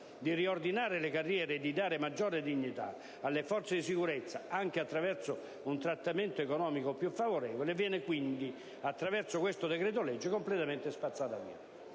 di riordinare le carriere e di dare maggiore dignità alle forze di sicurezza, anche attraverso un trattamento economico più favorevole, viene, quindi, attraverso questo decreto-legge, completamente spazzata via.